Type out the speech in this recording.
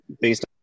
based